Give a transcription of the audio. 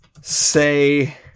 Say